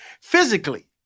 physically